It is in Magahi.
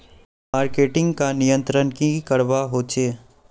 मार्केटिंग का नियंत्रण की करवा होचे?